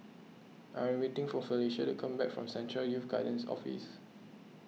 I am waiting for Felecia to come back from Central Youth Guidance Office